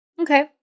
Okay